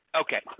Okay